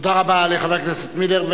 תודה רבה לחבר הכנסת מילר.